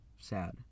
sad